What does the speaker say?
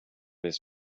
his